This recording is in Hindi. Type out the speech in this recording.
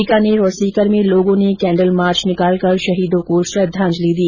बीकानेर और सीकर में लोगों ने केंडल मार्च निकालकर शहीदों को श्रृद्वाजंलि दी